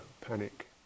panic